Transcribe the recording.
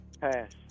Pass